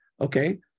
Okay